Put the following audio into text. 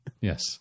Yes